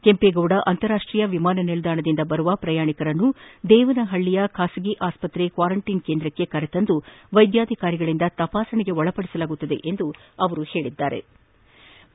ಕೆಂಪೇಗೌಡ ಅಂತರರಾಷ್ಷೀಯ ವಿಮಾನ ನಿಲ್ದಾಣದಿಂದ ಬರುವ ಪ್ರಯಾಣಿಕರನ್ನು ದೇವನಹಳ್ಳಯ ಖಾಸಗಿ ಆಸ್ಪತ್ರೆಯ ಕ್ವಾರಂಟೀನ್ ಕೇಂದ್ರಕ್ಕೆ ಕರೆತಂದು ವೈದ್ಧಾಧಿಕಾರಿಗಳಿಂದ ತಪಾಸಣೆಗೆ ಒಳಪಡಿಸಲಾಗುತ್ತಿದೆ ಎಂದು ಹೇಳದರು